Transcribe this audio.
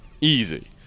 Easy